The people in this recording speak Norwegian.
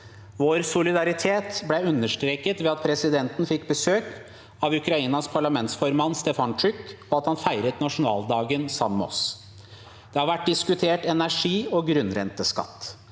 Vår solida ritet ble understreket ved at presidenten fikk besøk av Ukrainas parlamentsformann Stefantsjuk, og at han feiret nasjonaldagen sammen med oss. Det har vært diskutert energi og grunnrenteskatt.